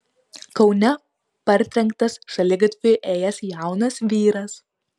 kaune partrenktas šaligatviu ėjęs jaunas vyras